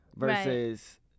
versus